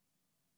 נגמרה לו התשובה,